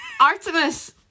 Artemis